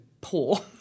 poor